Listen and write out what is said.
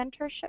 mentorship